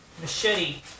machete